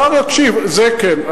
השר יקשיב, זה כן.